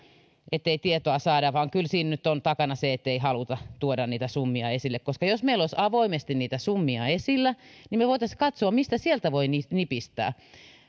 ettei tietoa saada vaan kyllä siinä nyt on takana se ettei haluta tuoda niitä summia esille jos meillä olisi avoimesti niitä summia esillä me voisimme katsoa mistä sieltä voi nipistää kun